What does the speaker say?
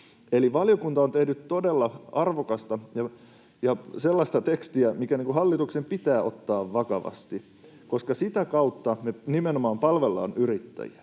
Eli valiokunta on tehnyt todella arvokasta ja sellaista tekstiä, mikä hallituksen pitää ottaa vakavasti, koska sitä kautta me nimenomaan palvellaan yrittäjiä.